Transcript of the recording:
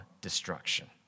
destruction